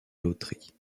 loterie